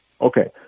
Okay